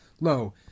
lo